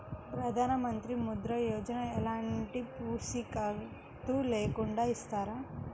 ప్రధానమంత్రి ముద్ర యోజన ఎలాంటి పూసికత్తు లేకుండా ఇస్తారా?